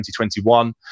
2021